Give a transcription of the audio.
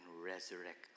resurrect